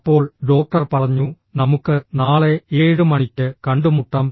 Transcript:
അപ്പോൾ ഡോക്ടർ പറഞ്ഞു നമുക്ക് നാളെ 7 മണിക്ക് കണ്ടുമുട്ടാം